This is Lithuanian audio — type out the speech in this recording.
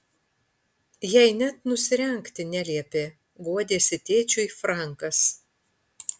jai net nusirengti neliepė guodėsi tėčiui frankas